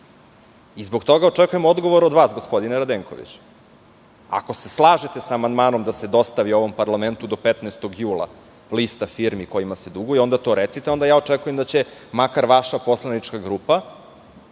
toga očekujem odgovor od vas, gospodine Radenkoviću. Ako se slažete sa amandmanom da se dostavi ovom parlamentu 15. jula lista firmi kojima se duguje, onda to recite. Onda očekujem da će makar vaša poslanička grupa